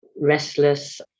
restless